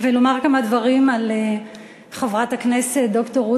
ולומר כמה דברים על חברת הכנסת ד"ר רות